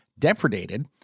depredated